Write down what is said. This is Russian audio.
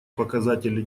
показатели